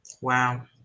Wow